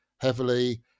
heavily